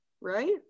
right